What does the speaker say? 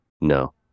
No